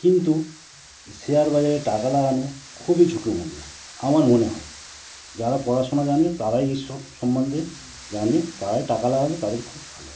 কিন্তু শেয়ার বাজারে টাকা লাগানো খুবই ঝুঁকিপূর্ণ আমার মনে হয় যারা পড়াশোনা জানে তারাই এসব সম্বন্ধে জানে তারাই টাকা লাগালে তাদের খুব ভালো হয়